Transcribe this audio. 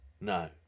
No